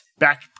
back